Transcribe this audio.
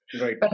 Right